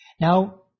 Now